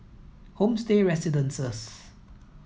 Homestay Residences